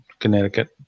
Connecticut